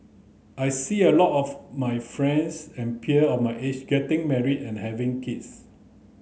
I see a lot of my friends and peer of my age getting married and having kids